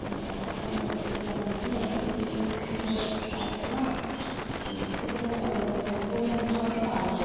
अब आठ नौ बजीतिर भन्दा नि एक दुई दुई तिन बजीको फ्लाइट होला अन्त त्यतिखेरसम्म त अब पुर्याउन सक्छ होला हामीलाई